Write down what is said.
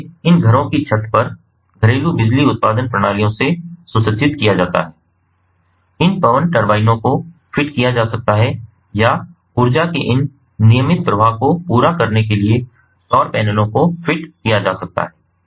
हर घर में इन घरों की छत पर घरेलू बिजली उत्पादन प्रणालियों से सुसज्जित किया जाता है इन पवन टरबाइनों को फिट किया जा सकता है या ऊर्जा के इन नियमित प्रवाह को पूरा करने के लिए सौर पैनलों को फिट किया जा सकता है